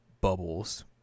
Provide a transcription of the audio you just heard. bubbles